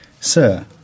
Sir